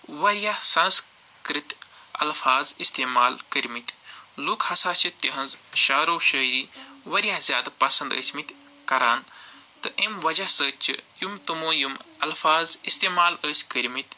واریاہ سَنسکرت اَلفظ اِستعمال کٔرۍ مٕتۍ لُکھ ہسا چھِ تِہِنز شعرو شٲری واریاہ زیادٕ پَسند ٲسمٕتۍ کران تہٕ أمۍ وجہہ سۭتۍ چھِ یِم تِمَو یِم اَلفظ اِستعمال ٲسۍ کٔرۍ مٕتۍ